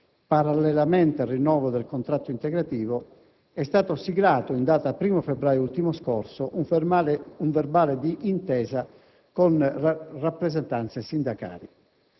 parallelamente al rinnovo del contratto integrativo, è stato siglato in data 1° febbraio ultimo scorso un verbale di intesa con le rappresentanze sindacali.